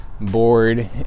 Bored